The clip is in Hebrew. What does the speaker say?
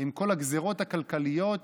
עם כל הגזרות הכלכליות,